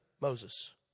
Moses